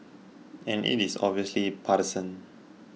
and it is obviously partisan